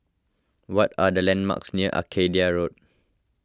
what are the landmarks near Arcadia Road